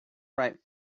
write